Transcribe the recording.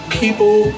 people